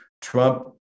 Trump